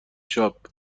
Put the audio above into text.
شاپ